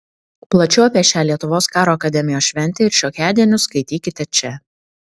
plačiau apie šią lietuvos karo akademijos šventę ir šiokiadienius skaitykite čia